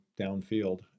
downfield